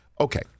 Okay